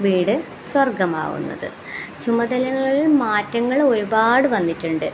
വീട് സ്വർഗ്ഗമാവുന്നത് ചുമതലകൾ മാറ്റങ്ങൾ ഒരുപാട് വന്നിട്ടുണ്ട്